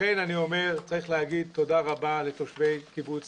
לכן אני אומר שצריך להגיד תודה רבה לתושבי קיבוץ